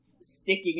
sticking